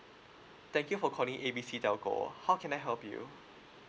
thank you for calling A B C telco how can I help you